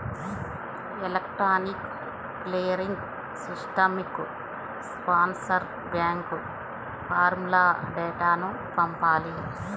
electronic clearing సిస్టమ్కి sponsor bank ఫారమ్లో డేటాను పంపాలి